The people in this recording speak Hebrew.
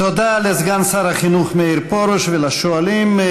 תודה לסגן שר החינוך מאיר פרוש ולשואלים.